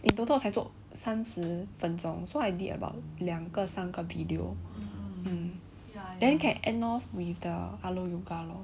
in total 才做三十分钟 so I did about 两个三个 video then can end off with the alo yoga lor